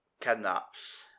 kidnaps